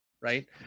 right